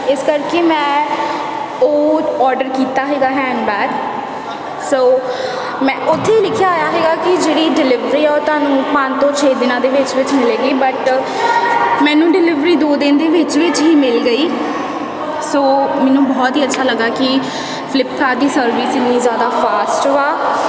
ਇਸ ਕਰਕੇ ਮੈਂ ਉਹ ਓਰਡਰ ਕੀਤਾ ਹੈਗਾ ਹੈਂਡਬੈਗ ਸੋ ਮੈਂ ਉੱਥੇ ਹੀ ਲਿਖਿਆ ਹੋਇਆ ਸੀਗਾ ਕਿ ਜਿਹੜੀ ਡਿਲੀਵਰੀ ਆ ਉਹ ਤੁਹਾਨੂੰ ਪੰਜ ਤੋਂ ਛੇ ਦਿਨਾਂ ਦੇ ਵਿੱਚ ਵਿੱਚ ਮਿਲੇਗੀ ਬਟ ਮੈਨੂੰ ਡਿਲੀਵਰੀ ਦੋ ਦਿਨ ਦੇ ਵਿੱਚ ਵਿੱਚ ਹੀ ਮਿਲ ਗਈ ਸੋ ਮੈਨੂੰ ਬਹੁਤ ਹੀ ਅੱਛਾ ਲੱਗਾ ਕਿ ਫਲਿਪਕਾਰਟ ਦੀ ਸਰਵਿਸ ਇਨੀ ਜ਼ਿਆਦਾ ਫਾਸਟ ਵਾ